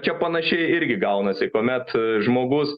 čia panašiai irgi gaunasi kuomet žmogus